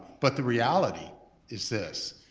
but the reality is this,